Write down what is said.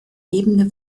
ebene